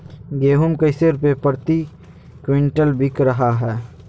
गेंहू कैसे रुपए प्रति क्विंटल बिक रहा है?